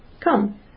Come